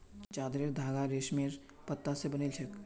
चादरेर धागा रेशमेर पत्ता स बनिल छेक